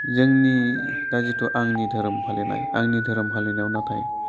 जोंनि दा जितु आंनि धोरोम फालिनाय आंनि धोरोम फालिनायाव नाथाय